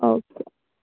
okay